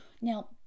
Now